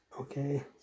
Okay